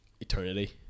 eternity